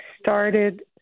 started